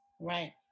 Right